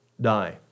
die